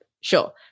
Sure